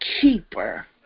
keeper